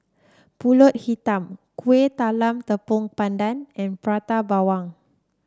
pulut Hitam Kueh Talam Tepong Pandan and Prata Bawang